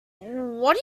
what